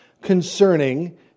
concerning